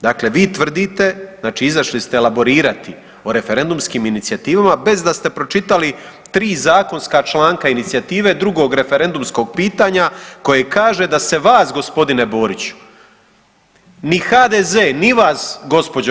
Dakle, vi tvrdite, znači izašli ste elaborirati o referendumskim inicijativama bez da ste pročitali 3 zakonska članka inicijative 2. referendumskog pitanja koje kaže da se vas, g. Boriću, ni HDZ ni vas, gđo.